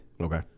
Okay